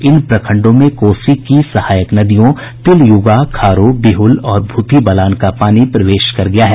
इन प्रखंडों में कोसी की सहायक नदियों तिलयुगा खारो बिहुल और भूतही बलान का पानी प्रवेश कर गया है